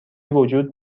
وجود